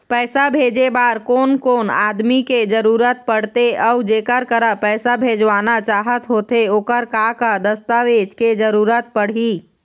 पैसा भेजे बार कोन कोन आदमी के जरूरत पड़ते अऊ जेकर करा पैसा भेजवाना चाहत होथे ओकर का का दस्तावेज के जरूरत पड़ही?